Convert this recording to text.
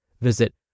Visit